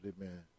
amen